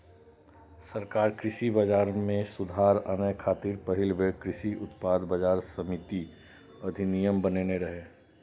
सरकार कृषि बाजार मे सुधार आने खातिर पहिल बेर कृषि उत्पाद बाजार समिति अधिनियम बनेने रहै